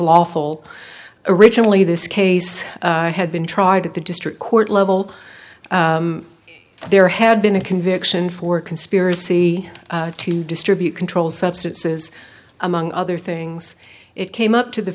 lawful originally this case had been tried at the district court level there had been a conviction for conspiracy to distribute controlled substances among other things it came up to the